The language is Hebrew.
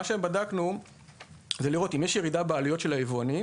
בדקנו האם יש ירידה בעלויות של היבואנים